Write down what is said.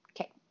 Okay